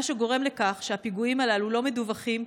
מה שגורם לכך שהפיגועים הללו לא מדווחים,